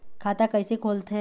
खाता कइसे खोलथें?